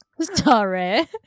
Sorry